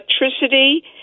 electricity